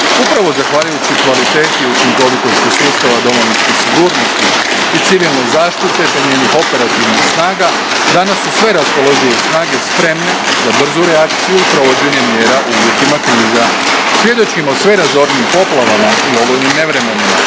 Upravo zahvaljujući kvaliteti i učinkovitosti sustava domovinske sigurnosti i civilne zaštite te njenih operativnih snaga, danas su sve raspoložive snage spremne za brzu reakciju i provođenje mjera u uvjetima kriza. Svjedočimo sve razornijim poplavama i olujnim nevremenima,